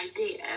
idea